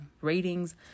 ratings